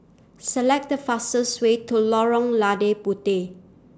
Select The fastest Way to Lorong Lada Puteh